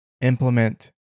implement